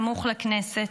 סמוך לכנסת,